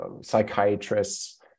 psychiatrists